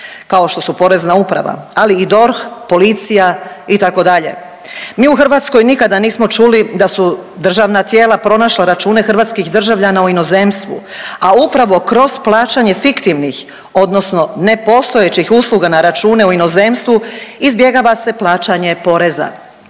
kao što su Porezna uprava ali i DORH, policija itd. Mi u Hrvatskoj nikada nismo čuli da su državna tijela pronašla račune hrvatskih državljana u inozemstvu, a upravo kroz plaćanje fiktivnih, odnosno nepostojećih usluga na račune u inozemstvu izbjegava se plaćanje poreza.